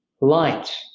light